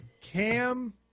Cam